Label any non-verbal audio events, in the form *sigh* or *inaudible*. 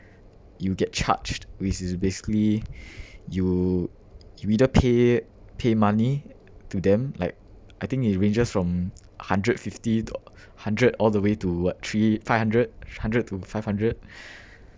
you get charged which is basically *breath* you you either pay pay money to them like I think it ranges from hundred fifty to hundred all the way to what three five hundred hundred to five hundred *breath*